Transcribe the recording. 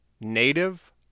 Native